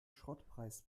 schrottpreis